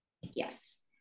Yes